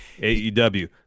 AEW